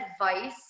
advice